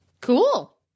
Cool